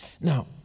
Now